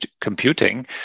computing